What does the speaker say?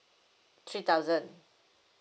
three thousand